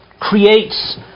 creates